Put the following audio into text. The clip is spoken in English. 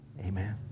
amen